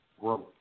growth